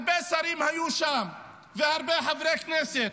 הרבה שרים והרבה חברי כנסת